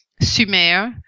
Sumer